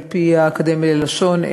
על-פי האקדמיה ללשון,